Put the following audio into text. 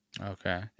Okay